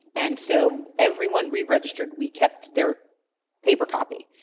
and so everyone re-registered. we kept their paper copy.